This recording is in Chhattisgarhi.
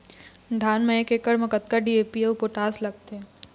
धान म एक एकड़ म कतका डी.ए.पी अऊ पोटास लगथे?